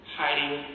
hiding